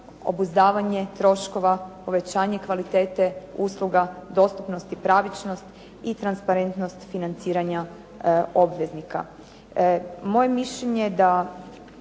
obuzdavanje troškova, povećanje kvalitete usluga, dostupnost i pravičnost i transparentnost financiranja obveznika. Moje mišljenje je da,